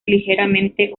ligeramente